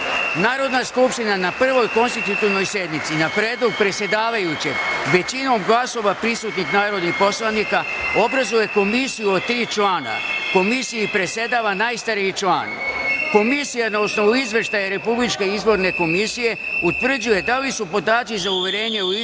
skupština na prvoj (konstitutivnoj) sednici, na predlog predsedavajućeg, većinom glasova prisutnih narodnih poslanika obrazuje komisiju od tri člana. Komisiji predsedava najstariji član. Komisija, na osnovu izveštaja Republičke izborne komisije, utvrđuje da li su podaci iz uverenja o izboru